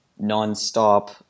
nonstop